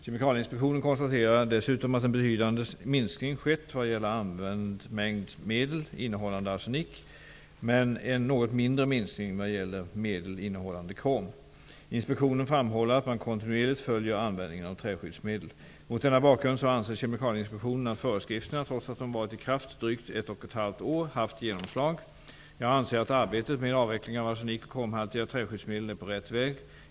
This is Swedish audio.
Kemikalieinspektionen konstaterar dessutom att en betydande minskning skett vad gäller använd mängd medel innehållande arsenik, men en något mindre minskning vad gäller medel innehållande krom. Inspektionen framhåller att man kontinuerligt följer användningen av träskyddsmedel. Mot denna bakgrund anser Kemikalieinspektionen att föreskrifterna -- trots att de bara varit i kraft drygt ett och ett halvt år -- haft genomslag. Jag anser att arbetet med avveckling av arsenik och kromhaltiga träskyddsmedel är på rätt väg.